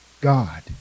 God